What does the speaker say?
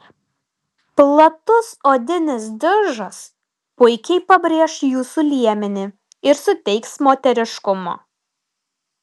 platus odinis diržas puikiai pabrėš jūsų liemenį ir suteiks moteriškumo